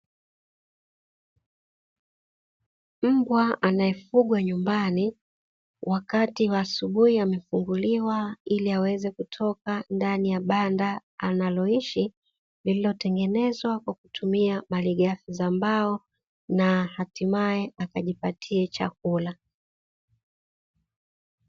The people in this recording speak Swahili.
Mbwa anayefugwa nyumbani, wakati wa asubuhi amefunguliwa ili aweze kutoka ndani ya banda analoishi, lililotengenezwa kwa kutumia malighafi za mbao na hatimaye akajipatie chakula.